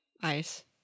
Ice